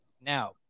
Now